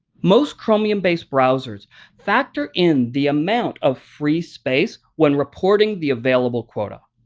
most chromium based browsers factor in the amount of free space when reporting the available quota.